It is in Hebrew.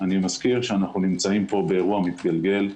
אני מזכיר שאנחנו נמצאים פה באירוע מתגלגל.